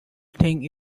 thing